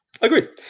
agreed